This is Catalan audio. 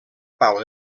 pau